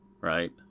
right